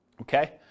Okay